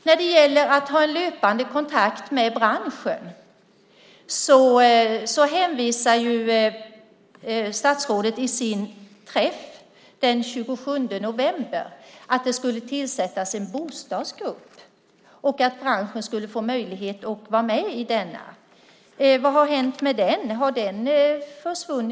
När det gäller att ha en löpande kontakt med branschen uttalade statsrådet vid sin träff den 27 oktober att det skulle tillsättas en bostadsgrupp och att branschen skulle få möjlighet att vara med i denna. Vad har hänt med den? Har den försvunnit?